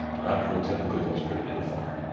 rabbit hole typically goes pretty damn far.